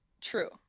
True